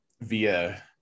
via